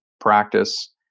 practice